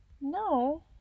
No